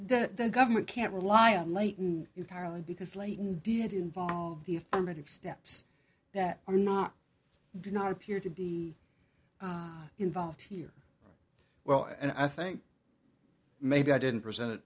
that the government can't rely on leighton carly because leighton did involve the affirmative steps that are not did not appear to be involved here well and i think maybe i didn't present